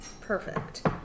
perfect